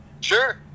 Sure